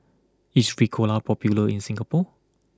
is Ricola popular in Singapore